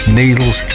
needles